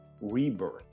Rebirth